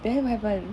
then what happen